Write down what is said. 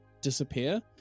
disappear